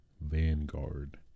Vanguard